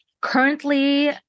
Currently